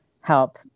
help